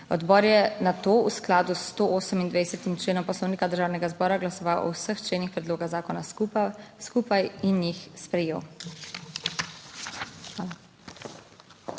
Odbor je nato v skladu s 128. členom Poslovnika Državnega zbora glasoval o vseh členih predloga zakona skupaj in jih sprejel. Hvala.